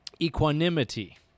equanimity